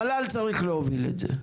המל"ל צריך להוביל את זה.